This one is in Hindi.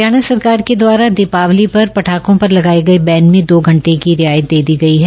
हरियाणा सरकार के दवारा दीपावली पर पटाखों पर लगाये बैन में दो घंटे की रियायत दे दी गई है